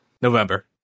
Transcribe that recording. November